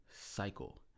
cycle